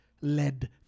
Led